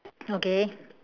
okay